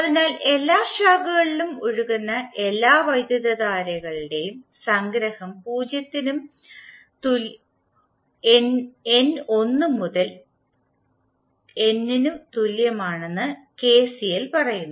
അതിനാൽ എല്ലാ ശാഖകളിലും ഒഴുകുന്ന എല്ലാ വൈദ്യുതധാരകളുടെയും സംഗ്രഹം പൂജ്യത്തിനും n ഒന്ന് മുതൽ N നും തുല്യമാണെന്ന് കെസിഎൽ പറയുന്നു